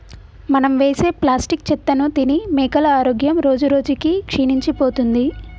మనం వేసే ప్లాస్టిక్ చెత్తను తిని మేకల ఆరోగ్యం రోజురోజుకి క్షీణించిపోతుంది